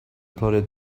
plodded